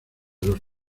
los